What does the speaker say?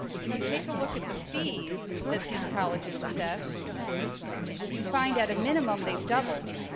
when you take a look at the fees that these colleges assess you find at a minimum they've doubled